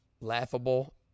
laughable